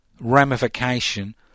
ramification